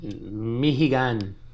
Michigan